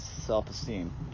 self-esteem